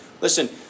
Listen